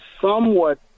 somewhat